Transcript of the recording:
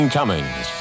Cummings